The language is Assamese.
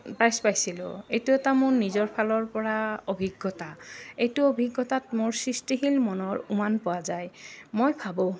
প্ৰাইজ পাইছিলোঁ এইটো এটা মোৰ নিজৰ ফালৰ পৰা অভিজ্ঞতা এইটো অভিজ্ঞতাত মোৰ সৃষ্টিশীল মনৰ উমান পোৱা যায় মই ভাবোঁ